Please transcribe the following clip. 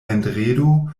vendredo